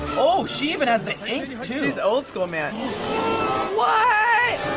oh, she even has the ink too! she's old school ma whaat!